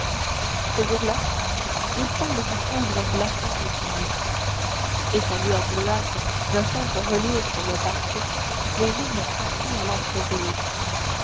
ce jour-là villefort le vit poindre blafard et sinistre et sa lueur bleuâtre vint faire reluire sur le papier les lignes tracées à l'encre rouge